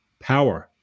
power